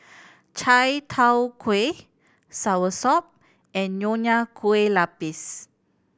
chai tow kway soursop and Nonya Kueh Lapis